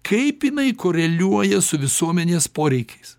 kaip jinai koreliuoja su visuomenės poreikiais